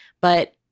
but-